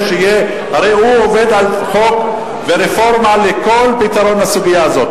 הרי הוא עובד על חוק ורפורמה לפתרון כל הסוגיה הזאת.